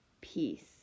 peace